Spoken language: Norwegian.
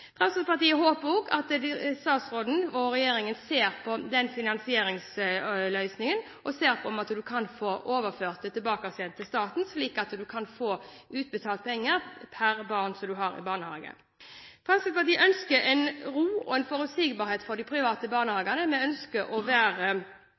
Fremskrittspartiet håper også at statsråden og regjeringen ser på den finansieringsløsningen – om man kan få overført det tilbake igjen til staten, slik at de private barnehagene kan få utbetalt penger per barn som de har i barnehagen. Fremskrittspartiet ønsker ro og forutsigbarhet for de private